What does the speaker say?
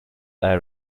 air